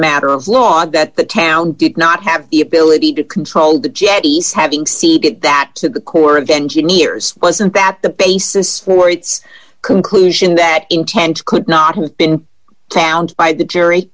matter of law that the town did not have the ability to control the jetties having ceded that to the corps of engineers wasn't that the basis for its conclusion that intent could not have been found by the jury